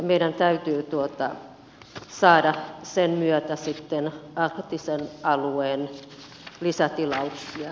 meidän täytyy saada sen myötä sitten arktisen alueen lisätilauksia